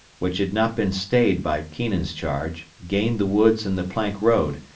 which had not been stayed by keenan's charge, gained the woods and the plank road,